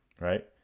Right